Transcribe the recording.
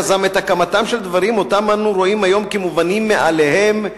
יזם את הקמתם של דברים שאנו רואים אותם כמובנים מאליהם,